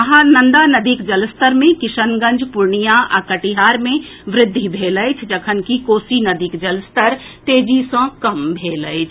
महानंदा नदीक जलस्तर मे किशनगंज पूर्णियां आ कटिहार मे वृद्धि भेल अछि जखनकि कोसी नदीक जलस्तर तेजी सँ कम भेल अछि